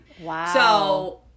Wow